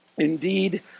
Indeed